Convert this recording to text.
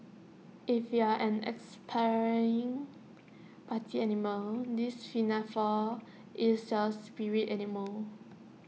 if you're an aspiring party animal this is your spirit animal